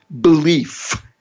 belief